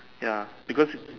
ya because it